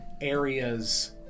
areas